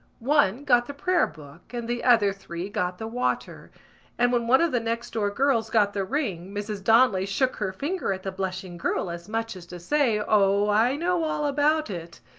one got the prayer-book and the other three got the water and when one of the next-door girls got the ring mrs. donnelly shook her finger at the blushing girl as much as to say o, i know all about it!